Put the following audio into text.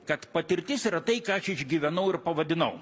kad patirtis yra tai ką aš išgyvenau ir pavadinau